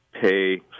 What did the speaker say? pay